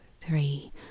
three